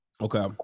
Okay